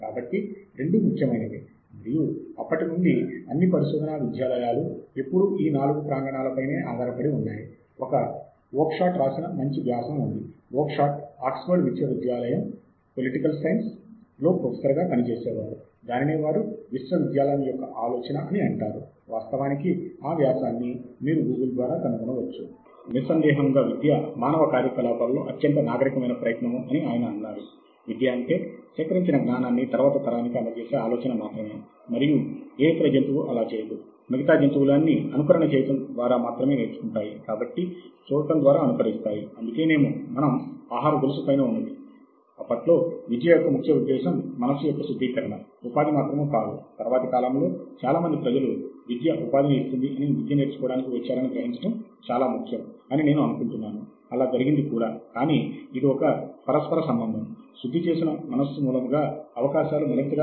కానీ సాహిత్య శోధన అంటే ప్రాధమికముగా సాంకేతికముగా అందుబాటులో గల అధికారిక సమాచారము అది ఒక శాస్త్రీయ సంస్థకు సంబంధించినది కావచ్చు లేదా ప్రపంచ వ్యాప్తముగా గల విశ్వవిద్యాలయాలలో జరుగుతున్న పరిశోధనలకు సంబంధించినది కావచ్చు లేదా వివిధ ప్రయోగశాలలో జరుగుతున్న ప్రయోగాలకు సంబంధించి కావచ్చు